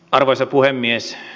arvoisa puhemies